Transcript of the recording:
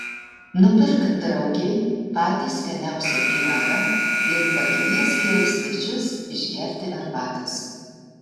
nupirk draugei patį skaniausią pyragą ir pakviesk ją į svečius išgerti arbatos